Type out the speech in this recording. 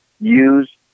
use